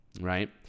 right